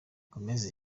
gomez